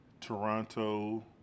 Toronto